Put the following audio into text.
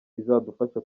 izadufasha